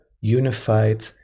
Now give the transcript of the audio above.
unified